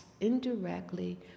indirectly